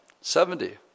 Seventy